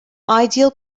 ideal